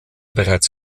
bereits